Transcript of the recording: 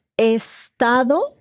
estado